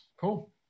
Cool